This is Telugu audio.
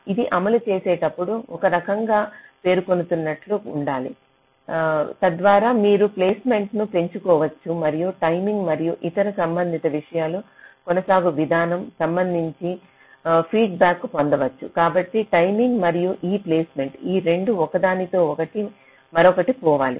ఇది అమలు చేసే టప్పుడు ఒకరకం గా పెరుగుతున్నటు ఉండాలి తద్వారా మీరు ప్లేస్మెంట్ను పెంచుకోవచ్చు మరియు టైమింగ్ మరియు ఇతర సంబంధిత విషయాలు కొనసాగు విధానం సంబంధించి వెంటనే ఫీడ్బ్యాక్ పొందవచ్చు కాబట్టి టైమింగ్ మరియు ఈ ప్లేస్మెంట్ ఈ 2 ఒకదాని వెంట మరోటిపోవాలి